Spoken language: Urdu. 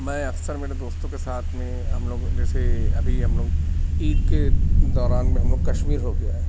میں اکثر میرے دوستوں کے ساتھ میں ہم لوگ جیسے ابھی ہم لوگ عید کے دوران میں ہم لوگ کشمیر ہو کے آئے